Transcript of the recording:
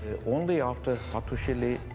only after hattusili, ah,